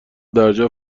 درجا